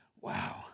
Wow